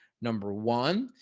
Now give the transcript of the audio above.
number one,